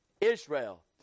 Israel